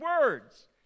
words